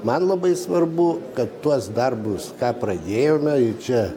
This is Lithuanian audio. man labai svarbu kad tuos darbus ką pradėjome čia